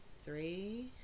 three